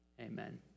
Amen